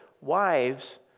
wives